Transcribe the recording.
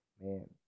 man